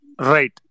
Right